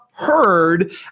heard